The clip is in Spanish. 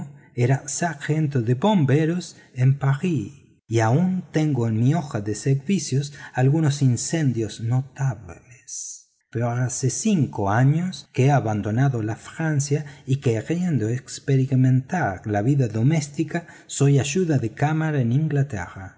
era sargento de bomberos en parís y aún tengo en mi hoja de servicios algunos incendios notables pero hace cinco años que he abandonado la francia y queriendo experimentar la vida doméstica soy ayuda de cámara en inglaterra